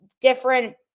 different